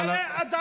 על חיי אדם,